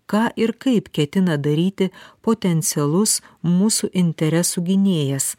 ką ir kaip ketina daryti potencialus mūsų interesų gynėjas